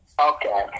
Okay